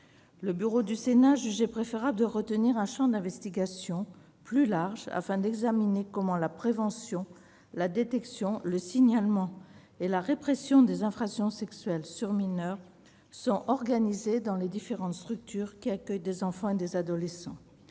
Le bureau du Sénat a jugé préférable de retenir un champ d'investigation plus large, afin d'examiner comment la prévention, la détection, le signalement et la répression des infractions sexuelles sur mineurs sont organisés dans les différentes structures qui accueillent des enfants et des adolescents,